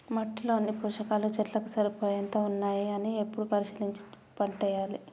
మట్టిలో అన్ని పోషకాలు చెట్లకు సరిపోయేంత ఉన్నాయా అని ఎప్పుడు పరిశీలించి పంటేయాలే